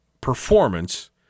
performance